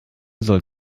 soll